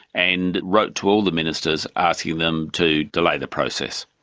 and wrote to all the ministers asking them to delay the process.